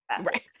Right